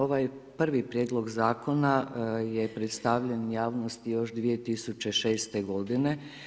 Ovaj prvi prijedlog zakona je predstavljen javnosti još 2006. godine.